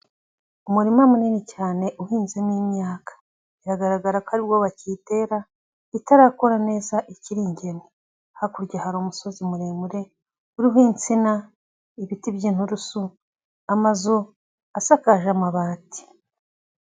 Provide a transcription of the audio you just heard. Umurima munini cyane uhinzemo imyaka, biragaragara ko aribwo bakiyitera, itarakura neza ikiri ingemwe, hakurya hari umusozi muremure uriho insina, ibiti by'inturusu, amazu asakaje amabati.